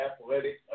athletic